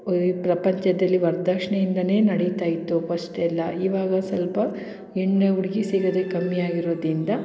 ಈ ಪ್ರಪಂಚದಲ್ಲಿ ವರ್ದಕ್ಷ್ಣೆಯಿಂದಲೇ ನಡಿತಾ ಇತ್ತು ಪಸ್ಟ್ ಎಲ್ಲ ಇವಾಗ ಸ್ವಲ್ಪ ಹೆಣ್ಣು ಹುಡ್ಗಿ ಸಿಗೋದೇ ಕಮ್ಮಿಯಾಗಿರೋದ್ರಿಂದ